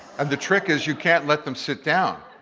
and the trick is you can't let them sit down.